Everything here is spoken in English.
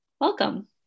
Welcome